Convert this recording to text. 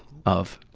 of?